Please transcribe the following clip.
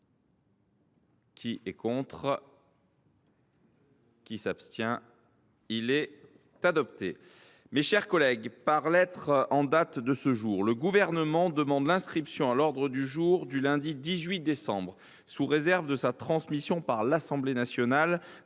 est renvoyée à la prochaine séance. Mes chers collègues, par lettre en date de ce jour, le Gouvernement demande l’inscription à l’ordre du jour du lundi 18 décembre, sous réserve de sa transmission par l’Assemblée nationale,